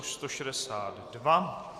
162.